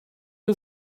you